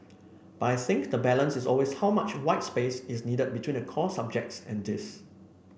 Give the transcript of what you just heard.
but I think the balance is always how much white space is needed between the core subjects and this